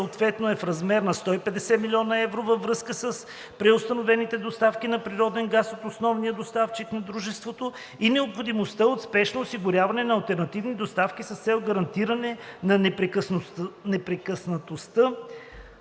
съответно е в размер на 150 млн. евро във връзка с преустановените доставки на природен газ от основния доставчик на дружеството и необходимостта от спешно осигуряване на алтернативни доставки с цел гарантиране на непрекъснатостта